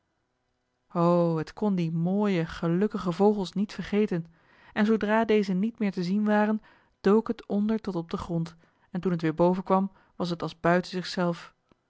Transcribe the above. het kon die mooie gelukkige vogels niet vergeten en zoodra deze niet meer te zien waren dook het onder tot op den grond en toen het weer boven kwam was het als buiten